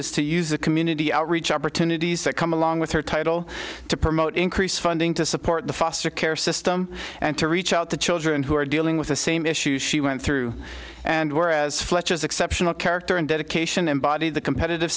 is to use the community outreach opportunities that come along with her title to promote increased funding to support the foster care system and to reach out to children who are dealing with the same issues she went through and were as fletch as exceptional character and dedication embodied the competitive